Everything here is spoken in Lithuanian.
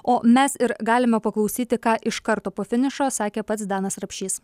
o mes ir galime paklausyti ką iš karto po finišo sakė pats danas rapšys